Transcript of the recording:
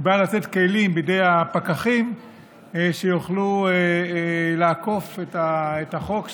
היא באה לתת כלים בידי הפקחים כדי שיוכלו לאכוף את החוק,